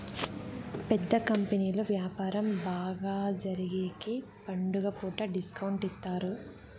పెద్ద కంపెనీలు వ్యాపారం బాగా జరిగేగికి పండుగ పూట డిస్కౌంట్ ఇత్తారు